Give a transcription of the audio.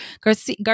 Garcia